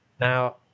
now